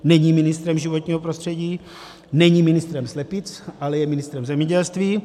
Není ministrem životního prostředí, není ministrem slepic, ale je ministrem zemědělství.